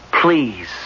please